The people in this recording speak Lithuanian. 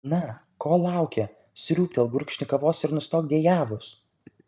na ko lauki sriūbtelk gurkšnį kavos ir nustok dejavus